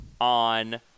on